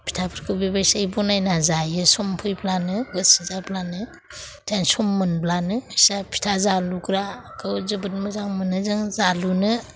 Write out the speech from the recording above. फिथाफोरखौ बेबायसायै बानायना जायो सम फैब्लानो गोसो जाब्लानो सम मोनब्लानो इसा फिथा जालुग्राखौ जोबोद मोजां मोनो जों जालुनो